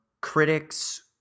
critics